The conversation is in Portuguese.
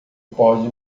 pode